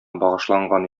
багышланган